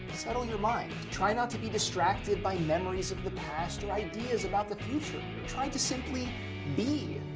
settle your mind. try not to be distracted by memories of the past or ideas about the future. try to simply be.